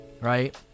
right